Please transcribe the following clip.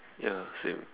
ya same